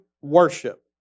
worship